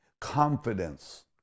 confidence